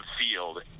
field